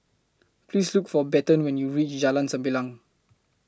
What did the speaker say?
Please Look For Bethann when YOU REACH Jalan Sembilang